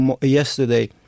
yesterday